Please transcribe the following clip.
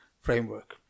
framework